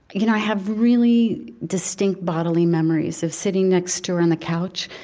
you know i have really distinct bodily memories of sitting next to her on the couch.